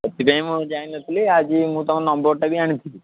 ସେଥିପାଇଁ ମୁଁ ଯାଇନଥିଲି ଆଜି ମୁଁ ତୁମ ନମ୍ବରଟା ବି ଆଣିଥିଲି